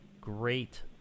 great